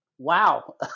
Wow